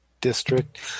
district